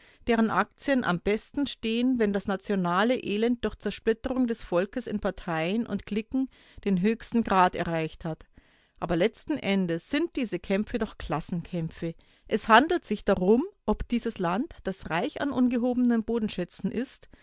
deren aktien am besten stehen wenn das nationale elend durch zersplitterung des volkes in parteien und cliquen den höchsten grad erreicht hat aber letzten endes sind diese kämpfe doch klassenkämpfe es handelt sich darum ob dieses land das reich an ungehobenen bodenschätzen ist